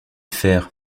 faire